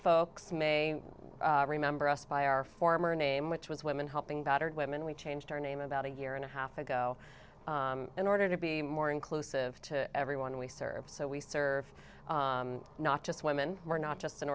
folks may remember us by our former name which was women helping battered women we changed our name about a year and a half ago in order to be more inclusive to everyone we serve so we serve not just women we're not just an